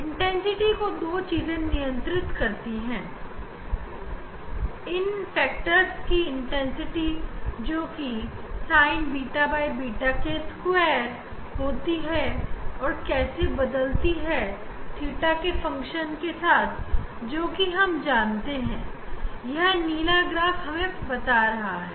तीव्रता को यह दोनों कारक नियंत्रण करते हैं कारक Sin2𝛃𝛃 के कारण से तीव्रता I Io cos2 α Sin2𝛃𝛃 होती है और यह थीटा की फंक्शन के साथ बदलते रहती है जो कि हमें यह नीला ग्राफ़ में दिख रहा है